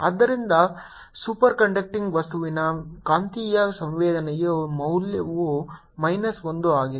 ಆದ್ದರಿಂದ super conducting ವಸ್ತುವಿನ ಕಾಂತೀಯ ಸಂವೇದನೆಯ ಮೌಲ್ಯವು ಮೈನಸ್ 1 ಆಗಿದೆ